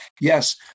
Yes